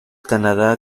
canadá